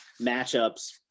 matchups